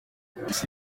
polisi